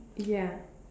ya